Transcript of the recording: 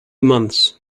months